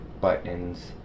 buttons